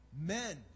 men